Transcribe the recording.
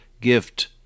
gift